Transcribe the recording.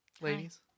Ladies